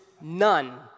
none